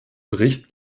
bericht